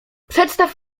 przedstaw